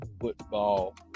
football